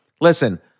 listen